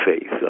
faith